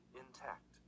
intact